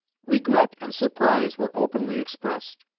regret and surprise were openly expressed.